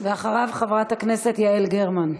ואחריו, חברת הכנסת יעל גרמן.